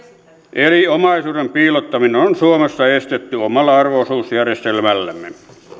omaisuuden piilottaminen on suomessa estetty omalla arvo osuusjärjestelmällämme